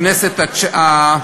הכנסת התשע-עשרה,